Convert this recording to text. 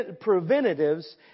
preventatives